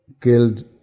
killed